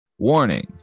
Warning